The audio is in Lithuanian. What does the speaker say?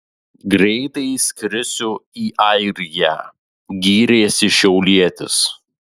greitai skrisiu į airiją gyrėsi šiaulietis